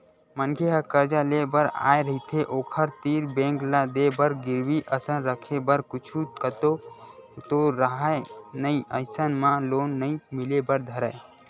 मनखे ह करजा लेय बर आय रहिथे ओखर तीर बेंक ल देय बर गिरवी असन रखे बर कुछु तको तो राहय नइ अइसन म लोन नइ मिले बर धरय